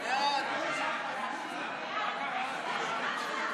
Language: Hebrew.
סימון תוצרת חקלאית שאינה ארוזה מראש),